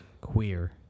Queer